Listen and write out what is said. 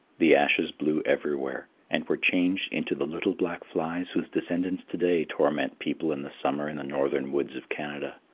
the ashes blew everywhere, and were changed into the little black flies whose descendants to-day torment people in the summer in the northern woods of canada.